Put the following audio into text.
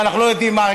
ואנחנו לא יודעים מה,